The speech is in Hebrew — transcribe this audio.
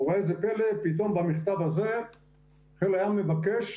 וראה זה פלא, פתאום במכתב הזה חיל הים מבקש